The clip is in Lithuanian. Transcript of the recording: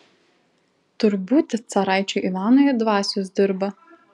tur būti caraičiui ivanui dvasios dirba